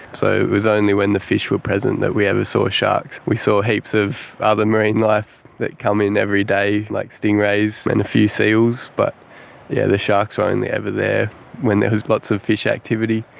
so it was only when the fish were present that we ever saw sharks. we saw heaps of other marine life that come in every day, like stingrays and a few seals, but yeah the sharks were only ever there when there was lots of fish activity.